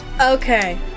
Okay